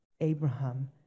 Abraham